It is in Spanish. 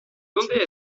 dónde